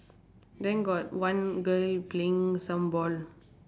then got one girl playing some ball